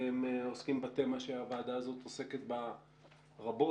עוסקים בתמה שהוועדה הזאת עוסקת בה רבות,